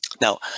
Now